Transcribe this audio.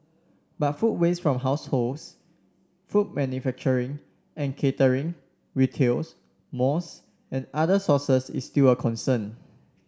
but food waste from households food manufacturing and catering retails malls and other sources is still a concern